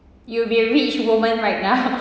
you'll be a rich woman right now